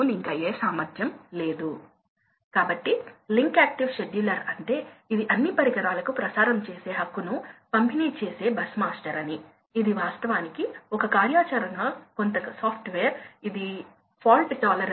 5 రెండు పాయింట్ ఐదు రూపాయలు తీసుకుంటే మీరు సుమారుగా విచారించలేరు మీకు నెలకు పది వేల కిలోవాట్ హవర్ లు మరియు కిలోవాట్ హవర్ కు 2